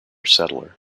settler